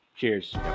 cheers